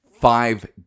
five